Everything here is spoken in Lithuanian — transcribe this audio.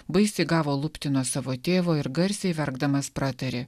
baisiai gavo lupti nuo savo tėvo ir garsiai verkdamas pratarė